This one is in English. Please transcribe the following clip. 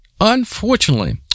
unfortunately